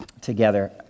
together